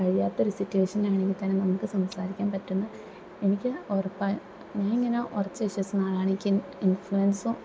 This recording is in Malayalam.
കഴിയാത്തൊരു സിറ്റുവേഷന് ആണെങ്കിൽ തന്നെ നമുക്ക് സംസാരിക്കാന് പറ്റുന്ന എനിക്ക് ഉറപ്പായും ഞാനിങ്ങനെ ഉറച്ച് വിശ്വസിക്കുന്ന ആളാണ് എനിക്ക് ഇന്ഫ്ലുവന്സോ